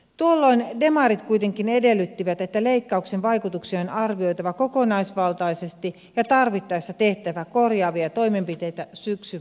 tuolloin demarit kuitenkin edellyttivät että leikkauksen vaikutuksia on arvioitava kokonaisvaltaisesti ja tarvittaessa tehtävä korjaavia toimenpiteitä syksyn budjetissa